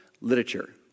literature